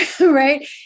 right